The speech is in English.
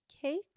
cake